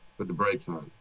but the right time.